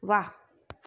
वाह